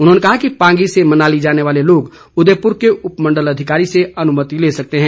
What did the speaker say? उन्होंने कहा कि पांगी से मनाली जाने वाले लोग उदयपुर के उपमंडल अधिकारी से अनुमति ले सकते हैं